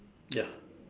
ya